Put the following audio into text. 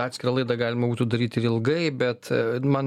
atskirą laidą galima būtų daryti ilgai bet man